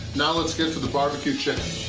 now, let's get to the barbecue chicken.